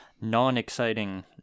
non-exciting